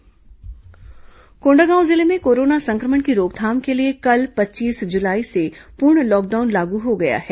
lockdown निर्देश कोंडागांव जिले में कोरोना संक्रमण की रोकथाम के लिए कल पच्चीस जुलाई से पूर्ण लॉकडाउन लागू हो गया है